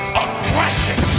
aggression